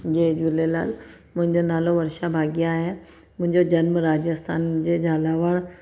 जय झूलेलाल मुंहिंजो नालो वर्षा भाॻिया आहे मुंहिंजो जनमु राजस्थान जे झालावाड़